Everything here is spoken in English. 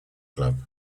club